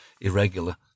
irregular